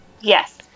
Yes